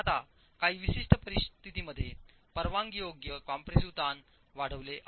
आता काही विशिष्ट परिस्थितींमध्ये परवानगीयोग्य कॉम्प्रेशिव्ह ताण वाढवले आहे